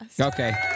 Okay